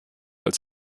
als